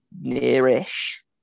near-ish